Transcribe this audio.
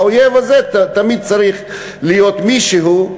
והאויב הזה תמיד צריך להיות מישהו,